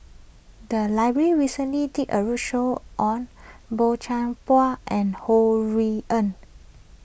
the library recently did a roadshow on Boey Chuan Poh and Ho Rui An